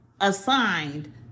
assigned